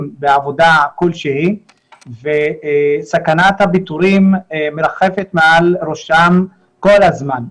בעבודה כלשהי וסכנת הפיטורין מרחפת מעל ראשם כל הזמן,